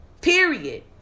Period